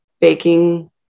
baking